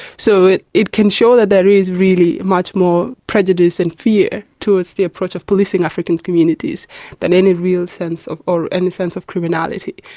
so it it can show that there is really much more prejudice and fear towards the approach of policing african communities than any real sense or any sense of criminality.